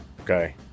okay